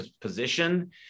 position